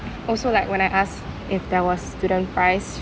also like when I asked if there was student price